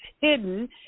hidden